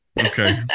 okay